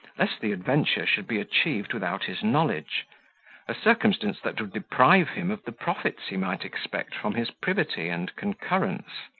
lest the adventure should be achieved without his knowledge a circumstance that would deprive him of the profits he might expect from his privity and concurrence.